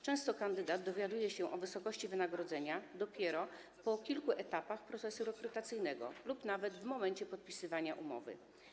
Często kandydat dowiaduje się o wysokości wynagrodzenia dopiero po kilku etapach procesu rekrutacyjnego lub nawet dopiero w momencie podpisywania umowy.